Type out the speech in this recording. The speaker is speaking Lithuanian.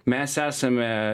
mes esame